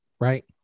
Right